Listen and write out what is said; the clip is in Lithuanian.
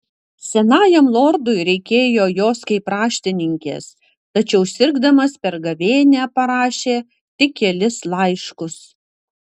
senajam lordui reikėjo jos kaip raštininkės tačiau sirgdamas per gavėnią parašė tik kelis laiškus